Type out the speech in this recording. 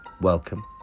welcome